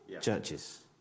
churches